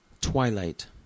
Twilight